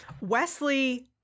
Wesley